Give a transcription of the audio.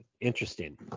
interesting